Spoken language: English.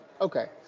Okay